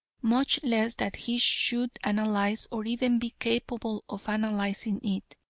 much less that he should analyse or even be capable of analysing it.